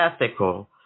ethical